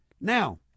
now